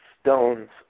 stones